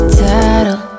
title